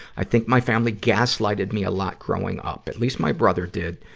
i think my family gaslighted me a lot growing up. at least my brother did,